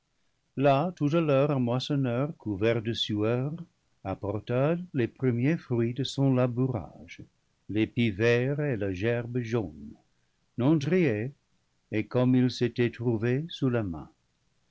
là tout à l'heure un moissonneur couvert de sueur apporta les premiers fruits de son labourage l'épi vert et la gerbe jaune non triés et comme ils s'étaient trouvés sous la main